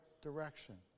direction